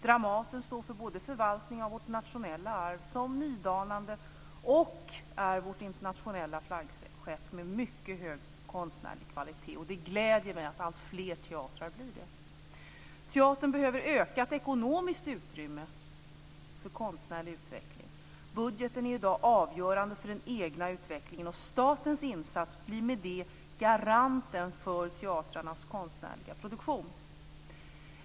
Dramaten står för förvaltning av vårt nationella arv och nydanande och är vårt internationella flaggskepp med mycket hög kostnärlig kvalitet. Det gläder mig att alltfler teatrar har det. Teatern behöver ett ökat ekonomiskt utrymme för konstnärlig utveckling. Budgeten är i dag avgörande för den egna utvecklingen, och statens insats blir med det garanten för teatrarnas konstnärliga produktion.